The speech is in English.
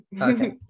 okay